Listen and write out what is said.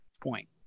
point